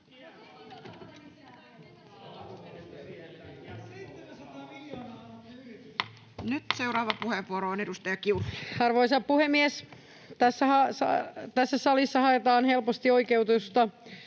Nyt seuraava puheenvuoro on edustaja Kiurulla. Arvoisa puhemies! Tässä salissa haetaan helposti oikeutusta